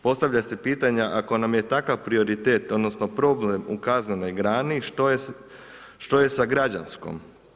Postavlja se pitanje, ako nam je takav prioritet odnosno problem u kaznenoj grani što je sa građanskom.